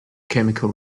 chemical